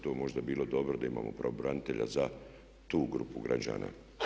To bi možda bilo dobro da imamo pravobranitelja za tu grupu građana.